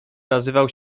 nazywał